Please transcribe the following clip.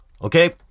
Okay